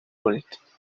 کنید